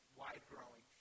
wide-growing